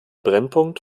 brennpunkt